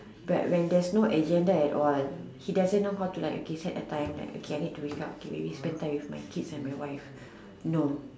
but when there is no exams that at all he doesn't know how to like okay set a time okay like I need to wake up or maybe spend time with my kids and my wife no